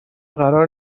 قرار